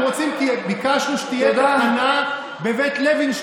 אז אני לא מתקן את יובל.